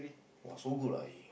!wah! so good ah he